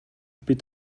бид